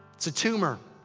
it's a tumor.